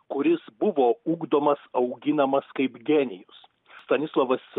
kuris buvo ugdomas auginamas kaip genijus stanislovas